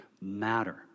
matter